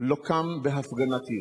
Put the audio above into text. לא קם בהפגנתיות,